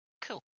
Cool